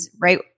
right